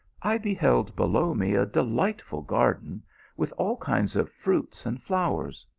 i beheld below me a delightful garden with all kinds of fruits and flowers.